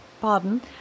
Pardon